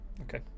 okay